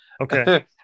okay